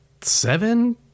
seven